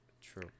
True